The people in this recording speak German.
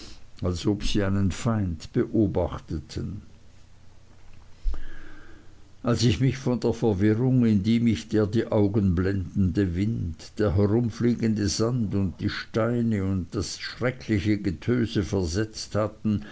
als ob sie einen feind beobachteten als ich mich von der verwirrung in die mich der die augen blendende wind der herumfliegende sand und die steine und das schreckliche getöse versetzt hatten